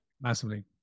massively